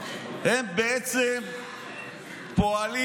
הם בעצם פועלים